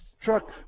truck